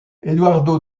eduardo